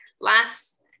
last